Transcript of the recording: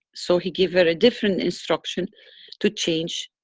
so he give her a different instruction to change,